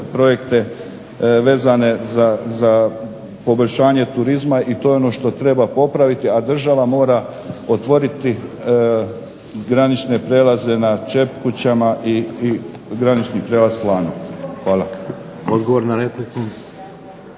projekte vezane za poboljšanje turizma i to je ono što treba popraviti a država mora otvoriti granične prijelaze na Čepićama i granični prijelaz Slano. Hvala. **Šeks,